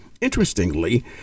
Interestingly